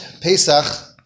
Pesach